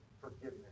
forgiveness